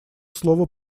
слово